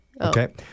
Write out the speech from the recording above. Okay